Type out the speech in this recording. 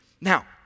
Now